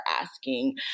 asking